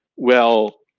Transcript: well,